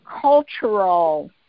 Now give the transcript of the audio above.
cultural